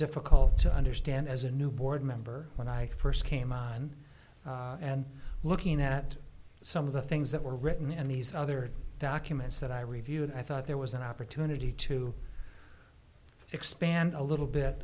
difficult to understand as a new board member when i first came on and looking at some of the things that were written and these other documents that i reviewed i thought there was an opportunity to expand a little bit